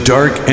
Dark